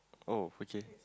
oh okay